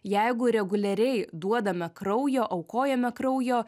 jeigu reguliariai duodame kraujo aukojame kraujo